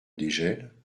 dégel